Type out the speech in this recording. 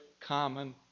common